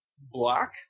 Black